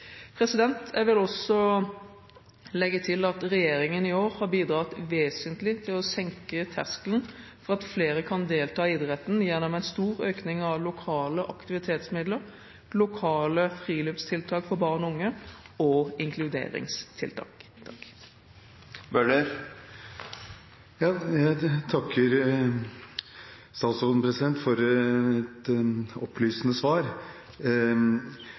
Jeg vil også legge til at regjeringen i år har bidratt vesentlig til å senke terskelen for at flere kan delta i idretten, gjennom en stor økning av lokale aktivitetsmidler, lokale friluftstiltak for barn og unge og inkluderingstiltak. Jeg takker statsråden for et opplysende svar.